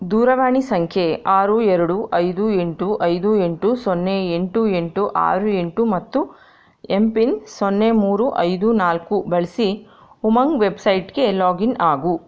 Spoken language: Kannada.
ದೂರವಾಣಿ ಸಂಖ್ಯೆ ಆರು ಎರಡು ಐದು ಎಂಟು ಐದು ಎಂಟು ಸೊನ್ನೆ ಎಂಟು ಎಂಟು ಆರು ಎಂಟು ಮತ್ತು ಎಮ್ ಪಿನ್ ಸೊನ್ನೆ ಮೂರು ಐದು ನಾಲ್ಕು ಬಳಸಿ ಉಮಂಗ್ ವೆಬ್ ಸೈಟ್ಗೆ ಲಾಗಿನ್ ಆಗು